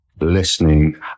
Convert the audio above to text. listening